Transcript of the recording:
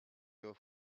your